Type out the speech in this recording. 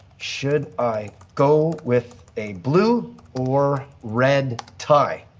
should i go with a blue or red tie?